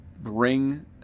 bring